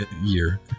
year